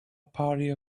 party